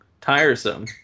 tiresome